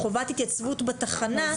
חובת התייצבות בתחנה.